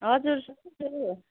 हजुर सुन्दैछु